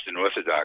Orthodox